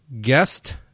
guest